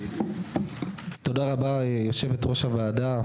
תודה ליושבת-ראש הוועדה.